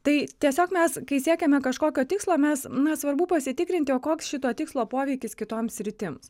tai tiesiog mes kai siekiame kažkokio tikslo mes na svarbu pasitikrinti o koks šito tikslo poveikis kitoms sritims